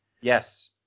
Yes